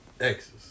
Exes